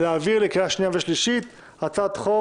להעביר לקריאה שנייה ושלישית הצעת חוק,